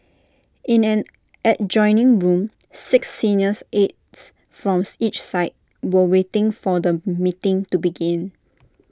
in an adjoining room six seniors aides from each side were waiting for the meeting to begin